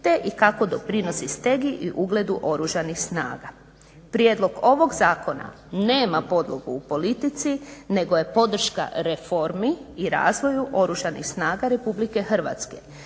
te i kako doprinosi stegi i ugledu Oružanih snaga. Prijedlog ovog zakona nema podlogu u politici, nego je podrška reformi i razvoju Oružanih snaga RH. On predlaže